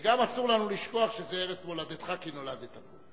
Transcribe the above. וגם אסור לנו לשכוח שזו ארץ מולדתך כי נולדת בה.